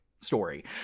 story